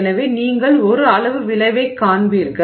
எனவே நீங்கள் ஒரு அளவு விளைவைக் காண்பீர்கள்